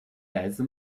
来自